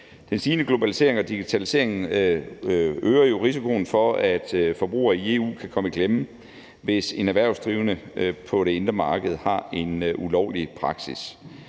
Den stigende globalisering og digitalisering øger jo risikoen for, at forbrugere i EU kan komme i klemme, hvis en erhvervsdrivende på det indre marked har en ulovlig praksis.